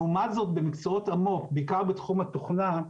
לעומת זאת במקצועות המו"פ, בעיקר בתחום התוכנה,